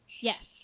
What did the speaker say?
Yes